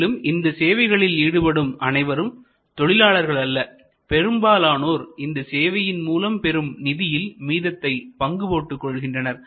மேலும் இந்த சேவைகளில் ஈடுபடும் அனைவரும் தொழிலாளர்கள் அல்ல பெரும்பாலானோர் இந்த சேவைகளின் மூலம் பெறும் நிதியில் மீதத்தை பங்கு போட்டுக்கொள்கின்றனர்